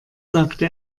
sagte